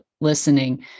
listening